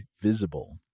Visible